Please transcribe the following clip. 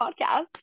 podcast